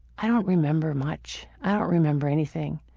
i don't remember much. i don't remember anything.